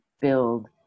build